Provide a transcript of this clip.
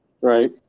Right